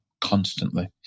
constantly